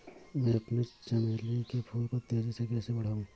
मैं अपने चमेली के फूल को तेजी से कैसे बढाऊं?